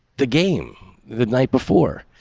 the game the night before,